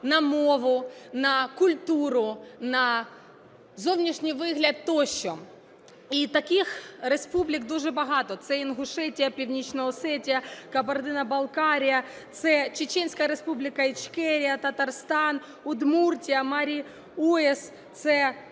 на мову, на культуру, на зовнішній вигляд тощо. І таких республік дуже багато. Це Інгушетія, Північна Осетія, Кабардино-Балкарія, це Чеченська Республіка Ічкерія, Татарстан, Удмуртія, Марій Ел, це